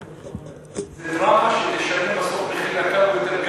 זאת דרמה שתשלם בסוף מחיר יקר ביותר.